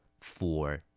four